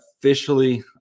officially